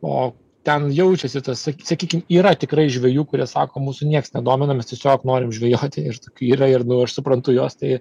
o ten jaučiasi tas sa sakykim yra tikrai žvejų kurie sako mūsų nieks nedomina mes tiesiog norim žvejoti ir tokių yra ir aš suprantujuos tai